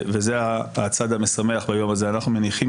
וזה הצד המשמח ביום הזה אנחנו מניחים